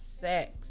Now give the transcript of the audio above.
sex